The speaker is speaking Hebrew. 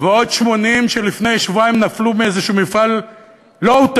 ועוד 80 שלפני שבועיים נפלו מאיזה מפעל low-tech,